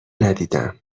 ندیدم